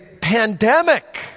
pandemic